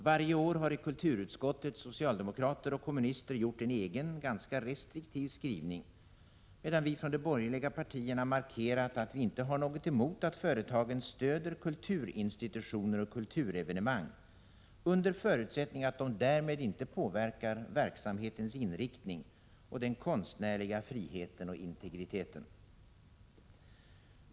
Varje år har i kulturutskottet socialdemokrater och kommunister gjort en egen, ganska restriktiv skrivning, medan vi från de borgerliga partierna markerat att vi inte har något emot att företagen stöder kulturinstitutioner och kulturevenemang under förutsättning att de därmed inte påverkar verksamhetens inriktning och den konstnärliga friheten och integriteten.